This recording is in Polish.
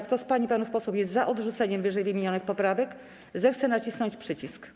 Kto z pań i panów posłów jest za odrzuceniem ww. poprawek, zechce nacisnąć przycisk.